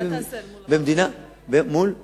מה תעשה מול ברחנים,